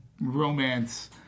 romance